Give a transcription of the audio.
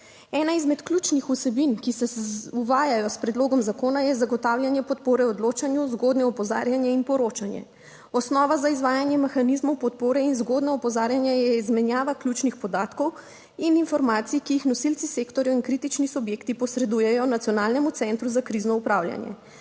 Ena izmed ključnih vsebin, ki se uvajajo s predlogom zakona, je zagotavljanje podpore odločanju, zgodnje opozarjanje in poročanje. Osnova za izvajanje mehanizmov podpore in zgodnje opozarjanje je izmenjava ključnih podatkov in informacij, ki jih nosilci sektorja in kritični subjekti posredujejo Nacionalnemu centru za krizno upravljanje.